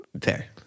Fair